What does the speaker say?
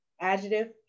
Adjective